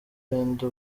pendo